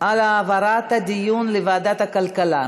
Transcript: על העברת הדיון לוועדת הכלכלה.